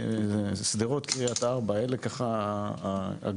ושדרות קריית ארבע, אלה ככה הגדולים.